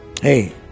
Hey